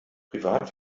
privat